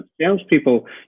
salespeople